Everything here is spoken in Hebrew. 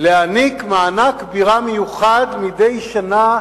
להעניק מענק בירה מיוחד מדי שנה,